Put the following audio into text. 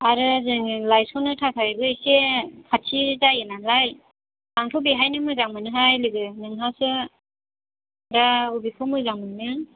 आरो जोङो लायस'नो थाखायबो एसे खाथि जायो नालाय आंथ' बेहायनो मोजां मोनोहाय लोगो नोंहासो दा बबेखौ मोजां मोनो